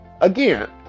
again